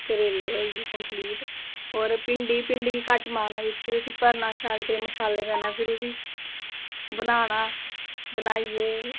करेले होई गे कम्प्लीट और भिंडी भिंडी गी कट्ट मारना बिच्च फिर उसी भरना शैल करिये मसाले कन्ने फिर उसी बनाना बनाइयै